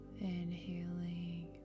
inhaling